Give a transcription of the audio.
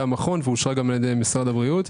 המכון ואושרה גם על ידי משרד הבריאות.